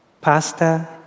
pasta